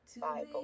Bible